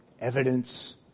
evidence